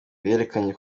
berekanye